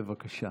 בבקשה.